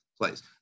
place